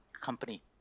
company